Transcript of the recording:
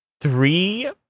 three